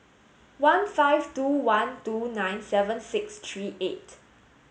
one five two one two nine seven six three eight